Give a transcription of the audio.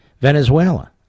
Venezuela